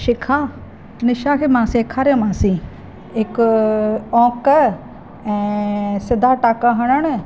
शिखा निशा खे मां सेखारियोमासि हिकु औक ऐं सिधा टाका हणणु